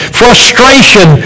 frustration